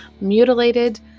mutilated